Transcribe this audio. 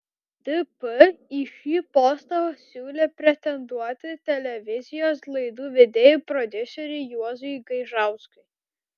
dp į šį postą siūlė pretenduoti televizijos laidų vedėjui prodiuseriui juozui gaižauskui